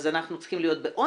אז אנחנו צריכים להיות בעונש?